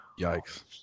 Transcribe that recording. yikes